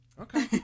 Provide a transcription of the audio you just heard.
okay